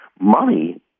Money